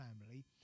family